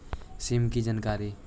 सिमा कि जानकारी?